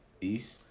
East